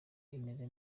imeze